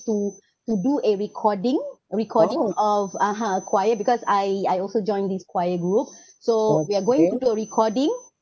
to to do a recording recording of (uh huh) a choir because I I also joined these choir group so we are going to a recording